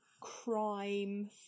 crime